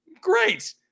great